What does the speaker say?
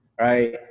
right